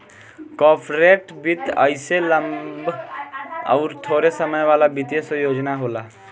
corporate वित्त अइसे लम्बा अउर थोड़े समय वाला वित्तीय योजना होला